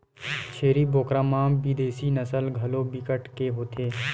छेरी बोकरा म बिदेसी नसल घलो बिकट के होथे